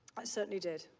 i certainly did.